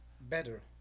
better